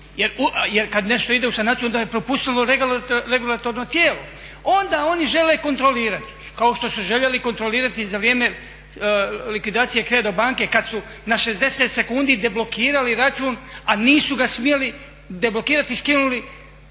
jer kada nešto ide u sanaciju onda je propustilo regulatorno tijelo, onda oni žele kontrolirati kao što su željeli kontrolirati za vrijeme likvidacije Credo banke kada su na 60 sekundi deblokirali račun, a nisu ga smjeli i skinuli